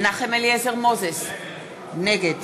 מנחם אליעזר מוזס, נגד